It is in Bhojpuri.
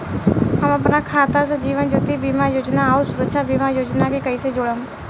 हम अपना खाता से जीवन ज्योति बीमा योजना आउर सुरक्षा बीमा योजना के कैसे जोड़म?